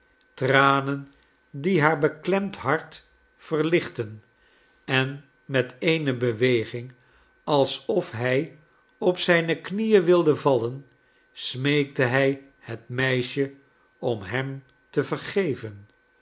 tranen die haar beklemd hart verlichtten en met eene beweging alsof hij op zijne knieen wilde vallen smeekte hij het meisje om hem te vergeven